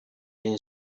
این